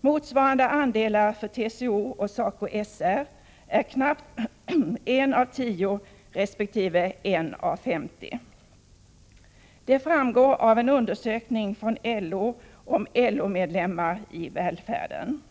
Motsvarande andelar för TCO och SACO/SR är knappt 1 av 10 resp. 1 av 50. Detta framgår av en undersökning från LO om LO-medlemmar i välfärden.